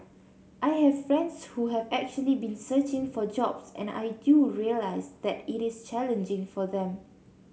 I have friends who have actually been searching for jobs and I do realise that it is challenging for them